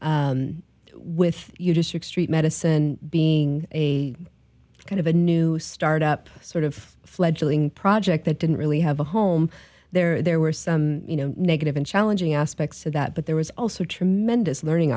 with your district street medicine being a kind of a new start up sort of fledgling project that didn't really have a home there there were some you know negative and challenging aspects to that but there was also tremendous learning